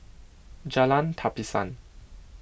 Jalan Tapisan